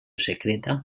secreta